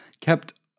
kept